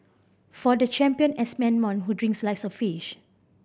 for the champion S man who drinks like a fish